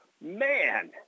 man